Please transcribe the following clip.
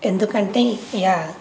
ఎందుకంటే ఇక